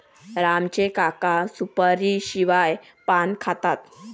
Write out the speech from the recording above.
राम चे काका सुपारीशिवाय पान खातात